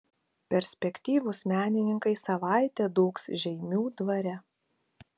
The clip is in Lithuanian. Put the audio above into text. perspektyvūs menininkai savaitę dūgs žeimių dvare